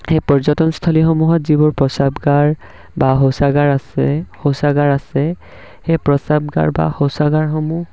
সেই পৰ্যটনস্থলীসমূহত যিবোৰ প্ৰস্ৰাৱগাৰ বা শৌচাগাৰ আছে শৌচাগাৰ আছে সেই প্ৰস্ৰাৱগাৰ বা শৌচাগাৰসমূহ